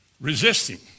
Resisting